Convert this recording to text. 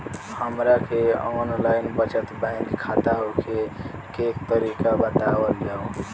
हमरा के online बचत बैंक खाता खोले के तरीका बतावल जाव?